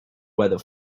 weather